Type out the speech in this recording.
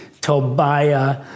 Tobiah